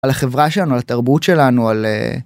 על החברה שלנו על התרבות שלנו על.